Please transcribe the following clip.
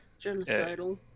Genocidal